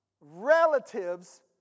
relatives